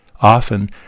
Often